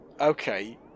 okay